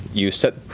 you set,